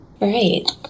right